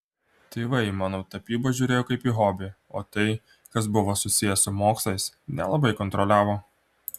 tėvai į mano tapybą žiūrėjo kaip į hobį o tai kas buvo susiję su mokslais nelabai kontroliavo